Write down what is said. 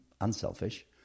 unselfish